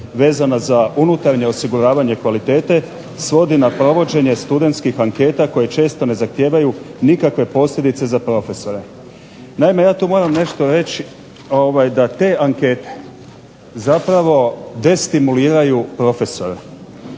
vezana za unutarnje osiguravanje kvalitete svodi na provođenje studentskih anketa koje često ne zahtijevaju nikakve posljedice za profesore". Naime, ja tu moram nešto reći da te ankete zapravo destimuliraju profesore,